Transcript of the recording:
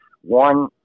one